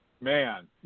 man